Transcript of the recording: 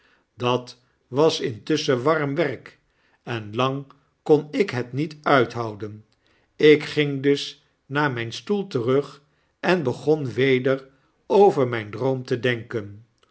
dat was intusschen warm werk en lang kon ik het niet uithouden ik ging dus naar myn stoel terug en begon weder over myn droom te denken